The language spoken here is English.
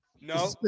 No